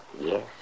Yes